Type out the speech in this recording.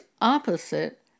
opposite